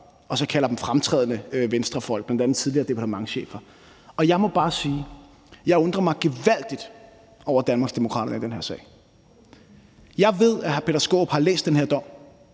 så fremtrædende Venstrefolk, bl.a. tidligere departementschefer. Jeg må bare sige, at jeg undrer mig gevaldigt over Danmarksdemokraterne i den her sag. Jeg ved, at hr. Peter Skaarup har læst den her dom,